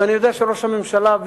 ואני יודע שראש הממשלה,